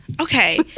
Okay